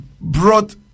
brought